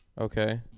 okay